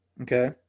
okay